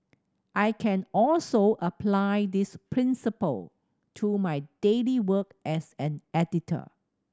I can also apply this principle to my daily work as an editor